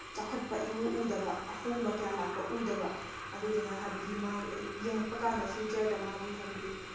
ꯆꯥꯎꯈꯠꯄ ꯏꯋꯨ ꯎꯗꯕ ꯑꯍꯣꯡ ꯀꯌꯥ ꯂꯥꯛꯄ ꯎꯗꯕ ꯑꯗꯨꯗꯨꯅ ꯍꯥꯏꯕꯗꯤ ꯌꯦꯡꯉꯛꯄ ꯀꯥꯟꯗ ꯐ꯭ꯌꯨꯆꯔꯗ ꯃꯥꯒꯤ ꯍꯥꯏꯕꯗꯤ